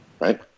right